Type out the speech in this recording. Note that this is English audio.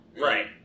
Right